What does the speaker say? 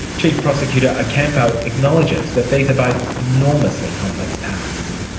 chief prosecutor ocampo acknowledges that these are both enormously complex tasks.